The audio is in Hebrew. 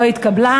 התקבלה.